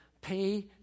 pay